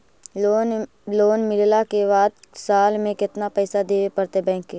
Loan मिलला के बाद साल में केतना पैसा देबे पड़तै बैक के?